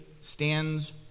stands